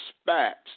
spats